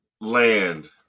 land